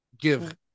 give